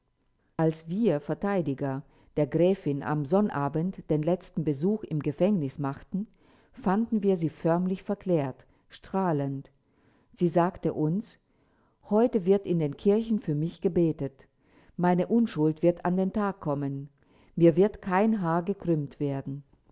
als wir verteidiger der gräfin am sonnabend den letzten besuch im gefängnis machten fanden wir sie förmlich verklärt strahlend sie sagte uns heute wird in den kirchen für mich gebetet meine unschuld wird an den tag kommen mir wird kein haar gekrümmt werden